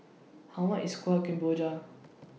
How much IS Kuih Kemboja